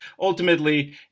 ultimately